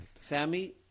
Sammy